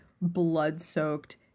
blood-soaked